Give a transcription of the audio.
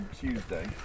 Tuesday